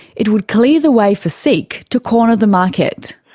it would clear the way for seek to corner the market.